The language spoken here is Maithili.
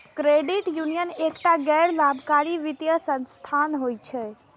क्रेडिट यूनियन एकटा गैर लाभकारी वित्तीय संस्थान होइ छै